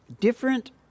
different